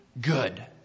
good